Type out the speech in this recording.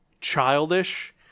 childish